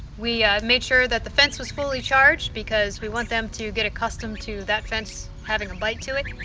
we made sure that the fence was fully charged because we want them to get accustomed to that fence having a bite to it.